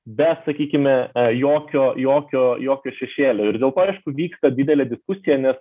be sakykime jokio jokio jokio šešėlio ir dėl to aišku vyksta didelė diskusija nes